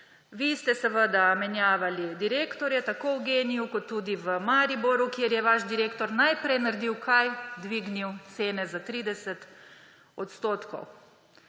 Vi ste seveda menjavali direktorje tako v GEN-I kot tudi v Mariboru, kjer je vaš direktor najprej naredil – kaj? Dvignil cene za 30 odstotkov.